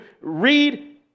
read